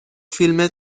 فیلم